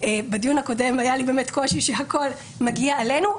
בדיון הקודם היה לי קושי עם כך שהכל מגיע אלינו.